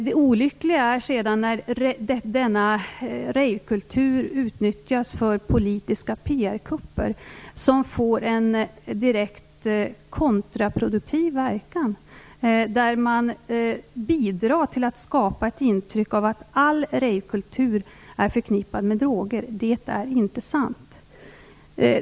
Det olyckliga är när rave-kulturen utnyttjas för politiska PR-kupper som får en direkt kontraproduktiv verkan. Man bidrar till att skapa ett intryck av att all rave-kultur är förknippad med droger. Det är inte sant.